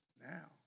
now